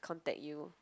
contact you